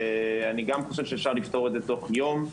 אני גם חושב שאפשר לפתור את זה תוך יום.